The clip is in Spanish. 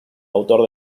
autor